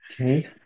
Okay